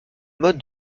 mode